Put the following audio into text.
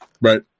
Right